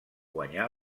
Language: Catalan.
guanyar